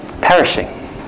perishing